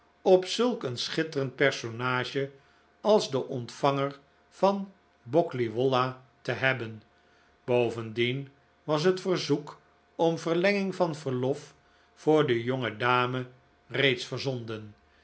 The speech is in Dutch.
op zulk een schitterend personage als den ontvanger van boggley wollah te hebben bovendien was het verzoek om verlenging van verlof voor de jonge dame reeds verzonden